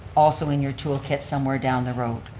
also in your tool kit somewhere down the road.